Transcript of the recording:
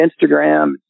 Instagram